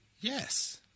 Yes